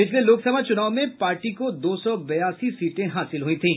पिछले लोकसभा चुनाव में पार्टी को दो सौ बयासी सीटें हासिल की थी